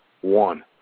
one